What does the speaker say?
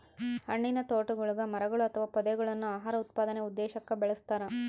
ಹಣ್ಣಿನತೋಟಗುಳಗ ಮರಗಳು ಅಥವಾ ಪೊದೆಗಳನ್ನು ಆಹಾರ ಉತ್ಪಾದನೆ ಉದ್ದೇಶಕ್ಕ ಬೆಳಸ್ತರ